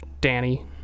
Danny